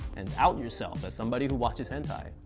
and out yourself as somebody who watches hentai.